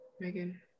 Megan